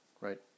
right